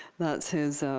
that's who's